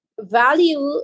value